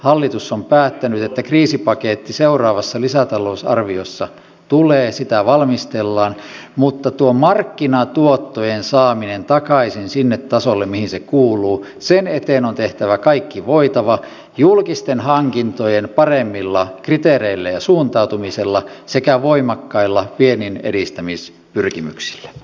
hallitus on päättänyt että kriisipaketti seuraavassa lisätalousarviossa tulee sitä valmistellaan mutta tuon markkinatuottojen saamisen eteen takaisin sinne tasolle mihin se kuuluu on tehtävä kaikki voitava julkisten hankintojen paremmilla kriteereillä ja suuntautumisella sekä voimakkailla vienninedistämispyrkimyksillä